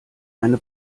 eine